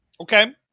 Okay